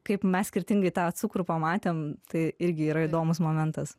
kaip mes skirtingai tą cukrų pamatėm tai irgi yra įdomus momentas